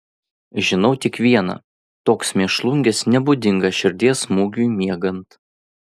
žinau tik viena toks mėšlungis nebūdingas širdies smūgiui miegant